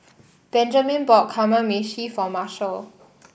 Benjman bought Kamameshi for Marshal